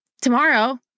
tomorrow